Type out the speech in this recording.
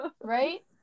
Right